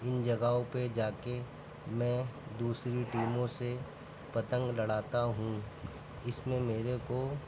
اِن جگہوں پہ جا کے میں دوسری ٹیموں سے پتنگ لڑاتا ہوں اِس میں میرے کو